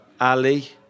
Ali